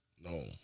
No